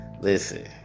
listen